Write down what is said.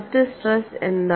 മറ്റ് സ്ട്രെസ് എന്താണ്